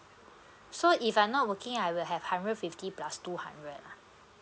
so if I'm not working I will have hundred fifty plus two hundred lah